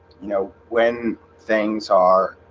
you know when things are